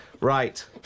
Right